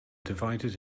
divided